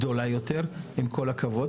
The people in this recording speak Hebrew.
עם כל הכבוד.